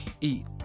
eat